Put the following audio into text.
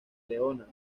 leona